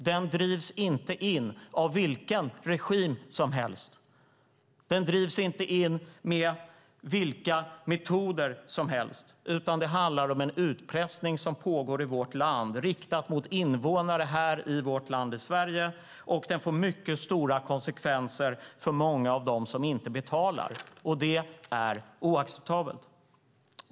Den drivs inte in av vilken regim som helst. Den drivs inte in med vilka metoder som helst, utan det handlar om en utpressning som pågår i vårt land - som är riktad mot invånare här i vårt land, i Sverige. Den får mycket stora konsekvenser för många av dem som inte betalar. Det är oacceptabelt.